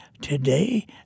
today